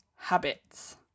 habits